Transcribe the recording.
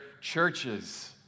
churches